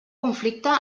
conflicte